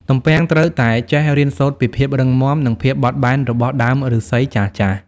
ទំពាំងត្រូវតែចេះរៀនសូត្រពីភាពរឹងមាំ និងភាពបត់បែនរបស់ដើមឫស្សីចាស់ៗ។